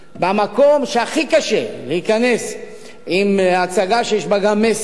במקום שהכי קשה להיכנס עם הצגה שיש בה גם מסר,